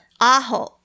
Aho